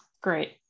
great